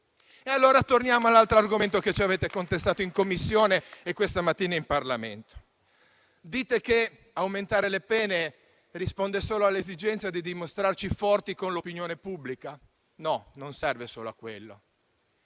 allora, all'altro argomento che ci avete contestato in Commissione e questa mattina in Aula. Voi dite che aumentare le pene risponde solo all'esigenza di dimostrarci forti con l'opinione pubblica? No: non serve solo a quello,